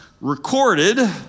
recorded